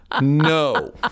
No